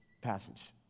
passage